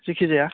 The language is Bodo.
जायखिजाया